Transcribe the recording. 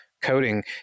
coding